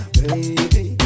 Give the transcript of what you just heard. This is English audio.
baby